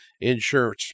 Insurance